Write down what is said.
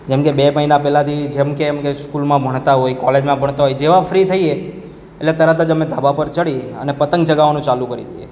જેમ કે બે મહિના પહેલાથી જેમ કે અમે સ્કૂલમાં ભણતા હોઈએ કોલેજમાં ભણતા હોઈએ જેવા ફ્રી થઈએ એટલે તરત જ અમે ધાબા પર ચઢી અને પતંગ ચગાવવાનું ચાલુ કરી દઈએ